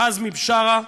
עזמי בשארה.